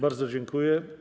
Bardzo dziękuję.